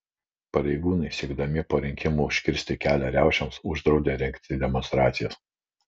pareigūnai siekdami po rinkimų užkirsti kelią riaušėms uždraudė rengti demonstracijas